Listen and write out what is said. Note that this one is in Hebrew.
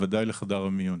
ודאי לחדר המיון.